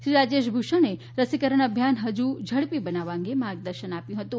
શ્રી રાજેશ ભૂષણે રસીકરણ અભિયાન હજુ ઝડપી બનવવા અંગે માર્ગદર્શન આપ્યું હતું